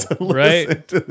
right